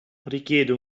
richiede